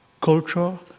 culture